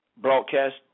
broadcast